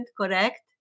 correct